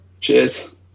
Cheers